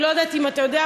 אני לא יודעת אם אתה יודע,